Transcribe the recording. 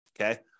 Okay